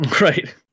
Right